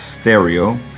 stereo